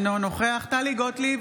אינו נוכח טלי גוטליב,